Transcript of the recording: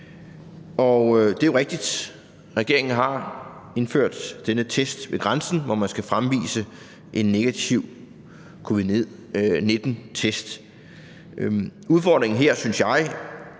Det er jo rigtigt, at regeringen har indført denne test ved grænsen, hvor man skal fremvise en negativ covid-19-test. Udfordringen er her, synes jeg,